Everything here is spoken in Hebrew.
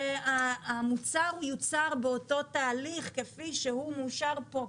שהמוצר יוצר באותו תהליך כפי שהוא מאושר פה,